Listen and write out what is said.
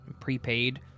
prepaid